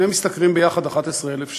שניהם משתכרים יחד 11,000 שקל.